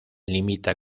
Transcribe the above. limita